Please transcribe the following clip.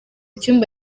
cyumba